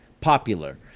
popular